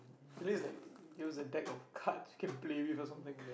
please they give us a deck of cards we can play with or something